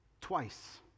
twice